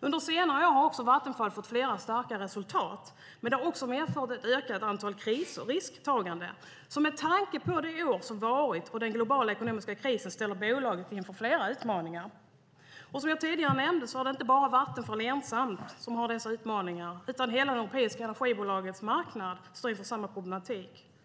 Under senare år har också Vattenfall haft flera starka resultat, men det har också medfört ett ökat antal kriser och risktagande som med tanke på de år som varit och den globala ekonomiska krisen ställer bolaget inför flera utmaningar. Som jag tidigare nämnde är inte Vattenfall ensamt om att ha dessa utmaningar, utan hela de europeiska energibolagens marknad står inför samma problematik.